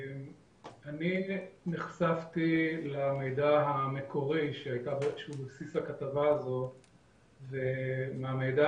אני נחשפתי למידע המקורי שהוא בבסיס הכתבה הזו ומהמידע